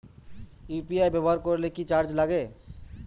UPI ব্যবহার করলে কি চার্জ লাগে?